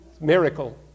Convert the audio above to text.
miracle